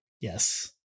yes